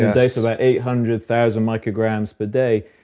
a dose of about eight hundred thousand micrograms per day.